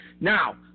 Now